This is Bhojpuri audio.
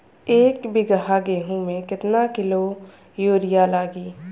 एक बीगहा गेहूं में केतना किलो युरिया लागी?